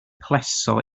plesio